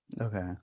Okay